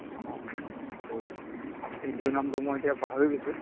অঁ এই A D O নামটো মই এতিয়া পাহৰি গৈছো